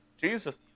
Jesus